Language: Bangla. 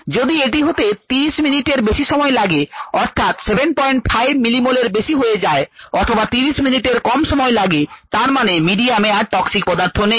যদি এটি হতে 30 মিনিটের বেশি সময় লাগে অর্থাৎ 75 মিলিমোল এর বেশি হয়ে যায় অথবা 30 মিনিটের কম সময় লাগে তার মানে মিডিয়ামে আর টক্সিক পদার্থ নেই